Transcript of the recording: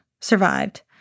survived